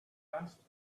asked